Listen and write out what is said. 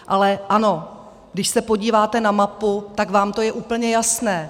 Ale ano, když se podíváte na mapu, tak je vám to úplně jasné.